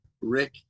Rick